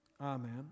Amen